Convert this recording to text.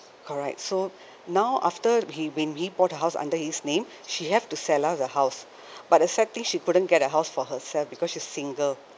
correct so now after he when we bought a house under his name she have to sell out the house but the sad thing she couldn't get a house for herself because she's single